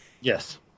Yes